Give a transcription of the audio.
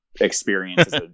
experience